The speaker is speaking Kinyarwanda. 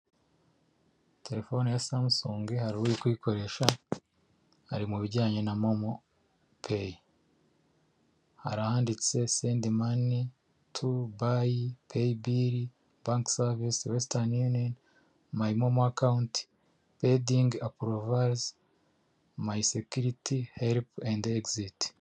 Terefone ya Samsung hari uri kuyikoresha ari mu bijyanye na momo peyi, hari ahanditse sendi mani, ti bayi, peyibiri, banke savisi, wesitani yuniyoni, mayimomo akawunti, redingi aporovayizi, mayi sekiriti, haripu andi egiziti.